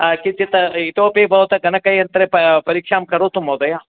किञ्चित् इतोपि भवता गणकयन्त्रे परीक्षां करोतु महोदय